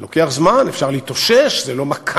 זה לוקח זמן, אפשר להתאושש, זו לא מכה,